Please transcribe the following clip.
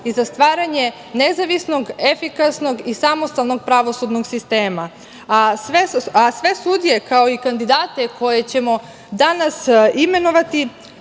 i za stvaranje nezavisnog, efikasnog i samostalnog pravosudnog sistema. Sve sudije, kao i kandidate koje ćemo danas imenovati